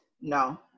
No